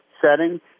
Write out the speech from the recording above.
setting